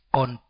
on